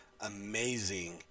amazing